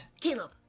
Caleb